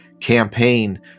campaign